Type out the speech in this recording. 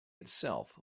itself